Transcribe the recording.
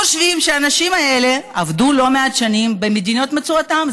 חושבים שהאנשים האלה עבדו לא מעט שנים במדינות מוצאם.